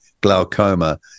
glaucoma